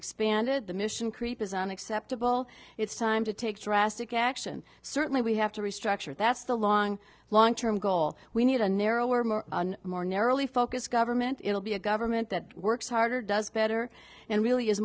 expanded the mission creep is unacceptable it's time to take drastic action certainly we have to restructure that's the long long term goal we need a narrower more more narrowly focused government it'll be a government that works harder does better and really is